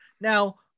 Now